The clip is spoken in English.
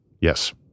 Yes